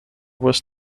was